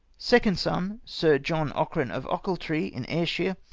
second. son, sir john cochran of ochilti'ee, in air-shire,